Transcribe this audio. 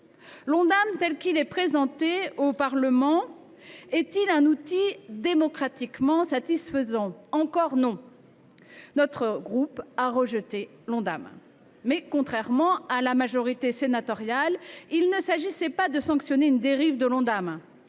L’Ondam tel qu’il est présenté au Parlement est il un outil démocratiquement satisfaisant ? Encore « non »! Notre groupe a rejeté l’Ondam. Toutefois, contrairement à la majorité sénatoriale, il ne s’agissait pas de sanctionner une dérive de l’Ondam